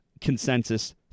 consensus